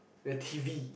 the T_V